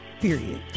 Period